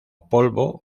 polvo